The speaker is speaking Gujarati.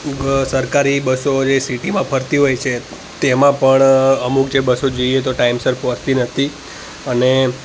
ઉગ્ર સરકારી બસો જે સિટીમાં ફરતી હોય છે તેમાં પણ અમુક જે બસો જોઈએ તો ટાઇમસર પહોંચતી નથી અને